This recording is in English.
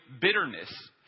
bitterness